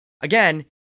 again